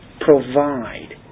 provide